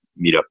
meetup